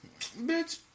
Bitch